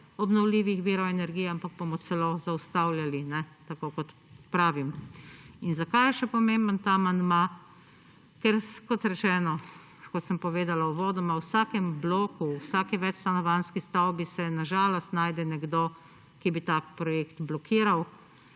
obnovljivih virov energije, ampak bomo celo zaustavljali, tako kot pravim. In zakaj je še pomemben ta amandma – ker, kot rečeno, kot sem povedala uvodoma, v vsakem bloku, v vsaki večstanovanjski stavbi se na žalost najde nekdo, ki bi tak projekt blokiral.